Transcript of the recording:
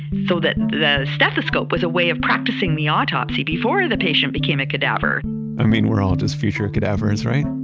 so that and the stethoscope was a way of practicing the autopsy before the patient became a cadaver i mean, we're all just future cadavers, right?